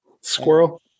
squirrel